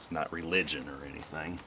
it's not religion or anything